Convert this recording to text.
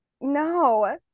No